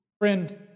Friend